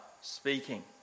speaking